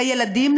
לילדים,